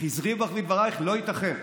לא ייתכן.